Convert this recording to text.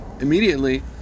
immediately